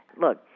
Look